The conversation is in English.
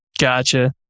Gotcha